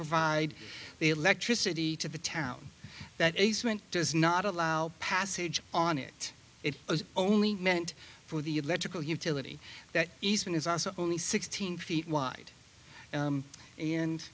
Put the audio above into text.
provide the electricity to the town that a cement does not allow passage on it it was only meant for the electrical utility that easement is also only sixteen feet wide